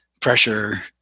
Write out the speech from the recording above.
pressure